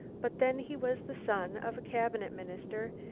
but then he was the son of a cabinet minister,